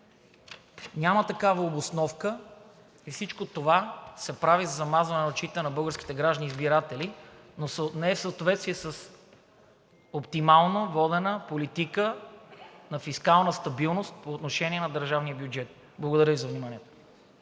няма такава обосновка и всичко това се прави за замазване на очите на българските граждани – избиратели, но не е в съответствие с оптимално водена политика на фискална стабилност по отношение на държавния бюджет. Благодаря Ви за вниманието.